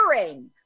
hearing